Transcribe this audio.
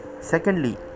secondly